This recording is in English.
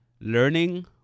Learning